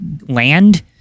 land